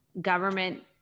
government